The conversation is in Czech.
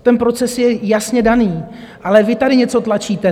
Ten proces je jasně daný, ale vy tady něco tlačíte.